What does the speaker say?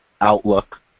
Outlook